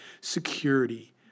security